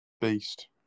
beast